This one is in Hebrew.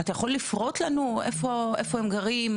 אתה יכול לפרוט לנו איפה הם גרים,